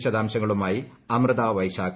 വിശദാംശങ്ങളുമായി അമൃത വൈശാഖ്